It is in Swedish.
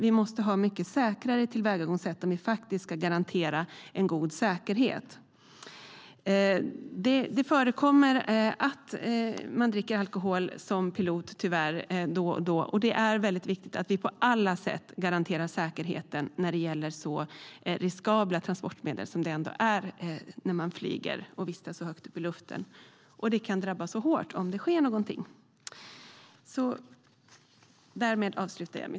Vi måste ha mycket säkrare sätt om vi ska kunna garantera en god säkerhet.